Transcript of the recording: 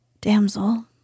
Damsel